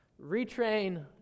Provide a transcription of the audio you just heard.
Retrain